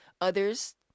others